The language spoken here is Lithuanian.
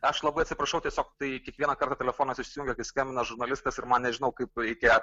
aš labai atsiprašau tiesiog tai kiekvieną kartą telefonas išsijungia kai skambina žurnalistas ir man nežinau kaip reikia